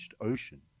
ocean